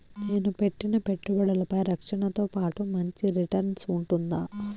నేను పెట్టిన పెట్టుబడులపై రక్షణతో పాటు మంచి రిటర్న్స్ ఉంటుందా?